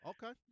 Okay